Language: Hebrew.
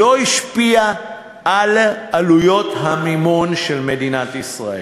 לא השפיע על עלויות המימון של מדינת ישראל,